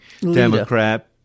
Democrat